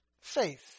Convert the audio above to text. faith